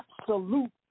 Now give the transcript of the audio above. absolute